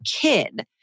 kid